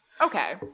Okay